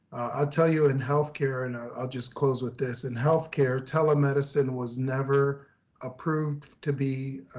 i'll tell you in healthcare and i'll just close with this. and healthcare telemedicine was never approved to be